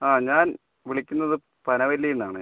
അ ഞാൻ വിളിക്കുന്നത് പനവല്ലീന്നാണ്